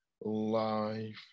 life